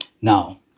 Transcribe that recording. Now